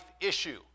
issue